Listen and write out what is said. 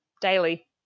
daily